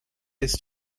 ist